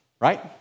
Right